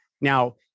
Now